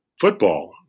football